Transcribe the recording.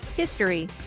History